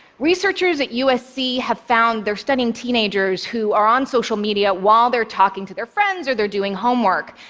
researchers at usc have found they're studying teenagers who are on social media while they're talking to their friends or they're doing homework,